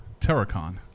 Terracon